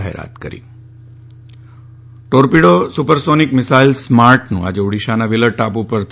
જાહેરાત કરી torpedo supersonic missile સ્માર્ટનું આજે ઓડિશાના વ્ઠીલર ટાપુઓ પરથી